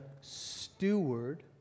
steward